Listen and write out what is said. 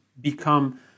become